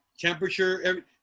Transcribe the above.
Temperature